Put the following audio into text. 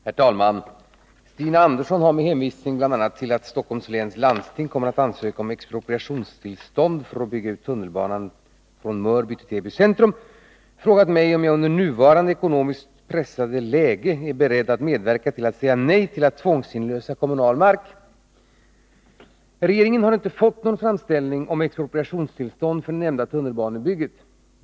Herr talman! Stina Andersson har, med hänvisning bl.a. till att Stockholms läns landsting kommer att ansöka om expropriationstillstånd för att bygga ut tunnelbanan från Mörby till Täby centrum, frågat mig om jag under nuvarande ekonomiskt pressade läge är beredd att medverka till att säga nej till att tvångsinlösa kommunal mark. Regeringen har inte fått någon framställning om expropriationstillstånd för det nämnda tunnelbanebygget.